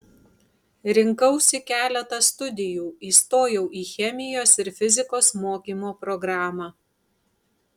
rinkausi keletą studijų įstojau į chemijos ir fizikos mokymo programą